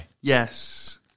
Yes